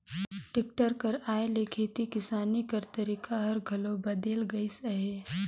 tractor कर आए ले खेती किसानी कर तरीका हर घलो बदेल गइस अहे